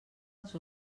els